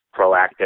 proactive